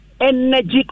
energy